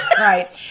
right